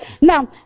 Now